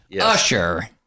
Usher